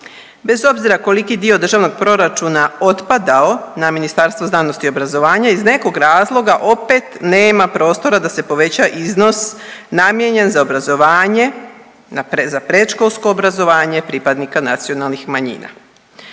Bez obzira koliki dio državnog proračuna otpadao na Ministarstvo znanosti i obrazovanja, iz nekog razloga opet nema prostora da se poveća iznos namijenjen za obrazovanje za predškolsko obrazovanje pripadnika nacionalnih manjina.